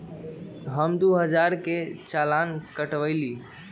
हम दु हजार के चालान कटवयली